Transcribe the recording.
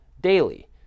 daily